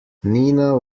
nina